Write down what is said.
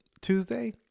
Tuesday